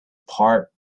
part